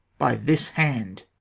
by this hand.